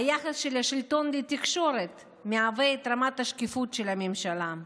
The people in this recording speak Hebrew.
היחס של השלטון לתקשורת מהווה את רמת השקיפות של הממשלה.